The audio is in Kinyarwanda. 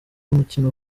mukino